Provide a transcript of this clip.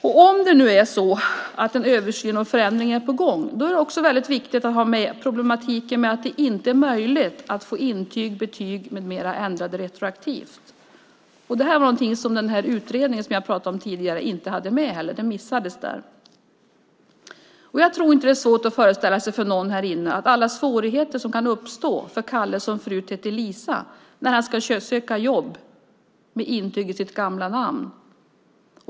Om det nu är så att en översyn och förändring är på gång är det väldigt viktigt att ha med problematiken med att det inte är möjligt att få intyg, betyg med mera ändrade retroaktivt. Det här är någonting som den utredning som jag pratade om tidigare inte hade med - det missades där. Jag tror inte att det är svårt för någon av oss här inne att föreställa sig alla svårigheter som uppstår för Kalle som förut hette Lisa när han ska söka jobb med intyg i sitt gamla namn.